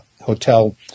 Hotel